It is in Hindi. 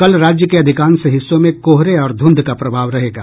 कल राज्य के अधिकांश हिस्सों में कोहरे और ध्रंध का प्रभाव रहेगा